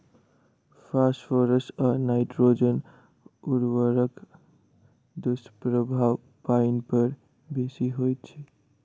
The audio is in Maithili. फास्फोरस आ नाइट्रोजन उर्वरकक दुष्प्रभाव पाइन पर बेसी होइत छै